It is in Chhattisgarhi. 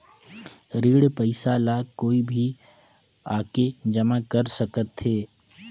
ऋण पईसा ला कोई भी आके जमा कर सकथे?